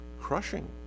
crushing